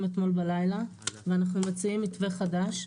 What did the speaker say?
אתמול בלילה ואנחנו מציעים מתווה חדש,